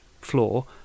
floor